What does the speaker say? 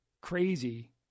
crazy